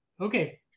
Okay